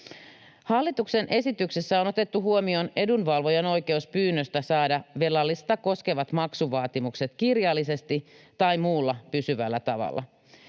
Hallituksen esityksessä on otettu huomioon edunvalvojan oikeus pyynnöstä saada velallista koskevat maksuvaatimukset kirjallisesti tai muulla pysyvällä tavalla,